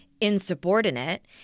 insubordinate